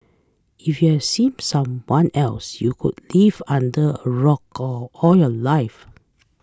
if you haven't seen some one else you could live under a rock all your life